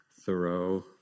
Thoreau